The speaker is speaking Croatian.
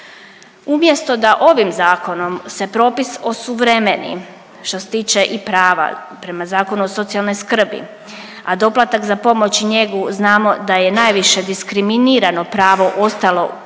Umjesto da ovim zakonom se propis osuvremeni što se tiče i prava prema Zakonu o socijalnoj skrbi, a doplatak za pomoć i njegu znamo da je najviše diskriminirano pravo ostalo u Zakonu